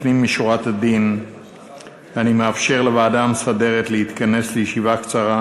לפנים משורת הדין אני מאפשר לוועדה המסדרת להתכנס לישיבה קצרה,